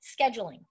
scheduling